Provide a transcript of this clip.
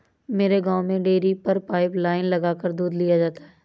मेरे गांव में डेरी पर पाइप लाइने लगाकर दूध लिया जाता है